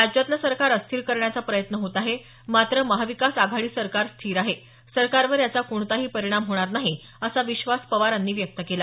राज्यातलं सरकार अस्थिर करण्याचा प्रयत्न होत आहे मात्र महाविकास आघाडी सरकार स्थिर आहे सरकारवर याचा कोणताही परिणाम होणार नाही असा विश्वास पवारांनी व्यक्त केला